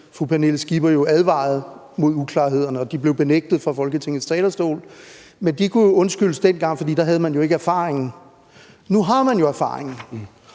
fru Pernille Skipper advarede mod uklarhederne og de blev benægtet fra Folketingets talerstol, men de kunne undskyldes dengang, for da havde man ikke erfaringen. Nu har man jo erfaringen,